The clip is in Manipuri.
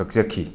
ꯀꯛꯆꯈꯤ